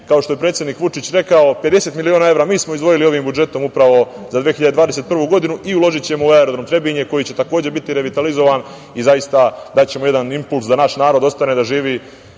Kao što je predsednik Vučić rekao, 50 miliona evra mi smo izdvojili ovim budžetom upravo za 2021. godinu i uložićemo u aerodrom Trebinje, koji će takođe biti revitalizovan i zaista daćemo jedan impuls da naš narod ostane da živi